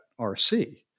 RC